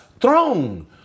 throne